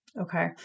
Okay